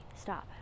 stop